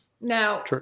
now